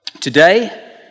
Today